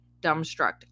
dumbstruck